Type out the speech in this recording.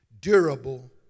durable